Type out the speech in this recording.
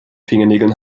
fingernägeln